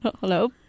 hello